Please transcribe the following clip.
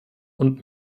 und